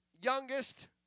youngest